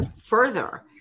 further